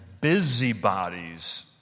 busybodies